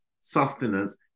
sustenance